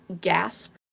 gasp